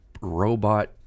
robot